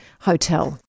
hotel